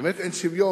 באמת אין שוויון.